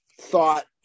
thought